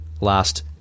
last